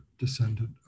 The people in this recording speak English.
Descendant